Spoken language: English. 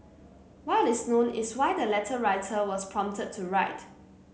what is known is why the letter writer was prompted to write